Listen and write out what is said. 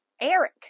Eric